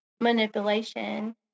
manipulation